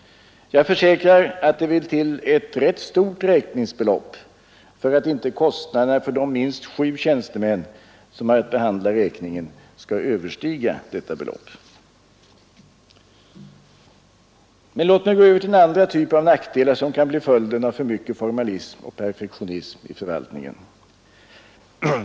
Jag försäkrar att det vill till ett rätt stort räkningsbelopp för att inte kostnaderna för de minst sju tjänstemän, som har att behandla räkningen, skall överstiga detta belopp. Men låt mig gå över till den andra typ av nackdelar som kan bli följden av för mycket formalism och perfektionism i förvaltningen.